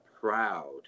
proud